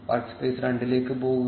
workspace രണ്ടിലേക്ക് പോകുക